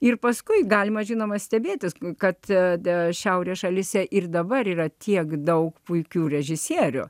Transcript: ir paskui galima žinoma stebėtis kad dėl šiaurės šalyse ir dabar yra tiek daug puikių režisierių